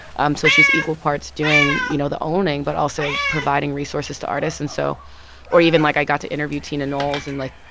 um so she's equal parts doing, you know, the owning, but also providing resources to artists. and so or even, like, i got to interview tina knowles. and, like,